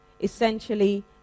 essentially